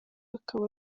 akaba